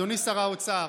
אדוני שר האוצר,